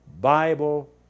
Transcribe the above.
Bible